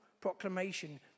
proclamation